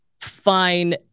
fine